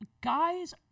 guys